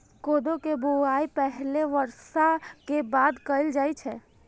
कोदो के बुआई पहिल बर्षा के बाद कैल जाइ छै